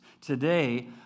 today